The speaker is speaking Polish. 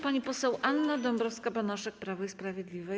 Pani poseł Anna Dąbrowska-Banaszek, Prawo i Sprawiedliwość.